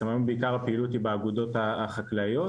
היום עיקר הפעילות היא באגודות החקלאיות